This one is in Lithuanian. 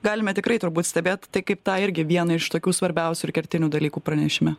galime tikrai turbūt stebėt kaip tą irgi vieną iš tokių svarbiausių ir kertinių dalykų pranešime